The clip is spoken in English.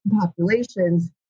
populations